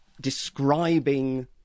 describing